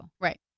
Right